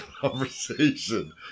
conversation